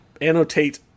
annotate